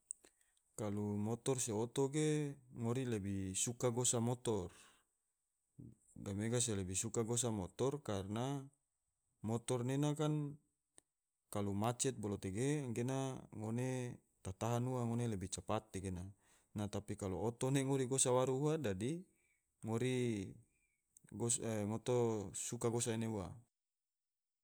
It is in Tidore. Kalo motor se oto ge, ngori lebih suka gosa motor, gahmega si lebih suka gosa motor karna motor nena kan kalo macet bolo tege gena ngone ta tahan ua ngone lebih cepat tegena, kalo oto ne ngori gosa waro ua dadi ngori suka gosa ena ua